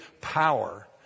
power